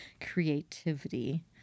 creativity